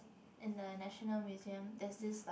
in the National Museum there's this like